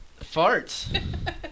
Farts